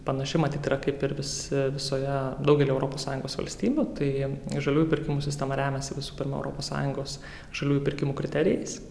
panaši matyt yra kaip ir visi visoje daugelyje europos sąjungos valstybių tai žaliųjų pirkimų sistema remiasi visų pirma europos sąjungos žaliųjų pirkimų kriterijais